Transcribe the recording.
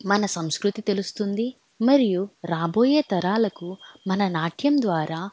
మన సంస్కృతి తెలుస్తుంది మరియు రాబోయే తరాలకు మన నాట్యం ద్వారా